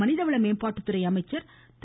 மனிதவள மேம்பாட்டுத்துறை அமைச்சர் திரு